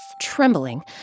Trembling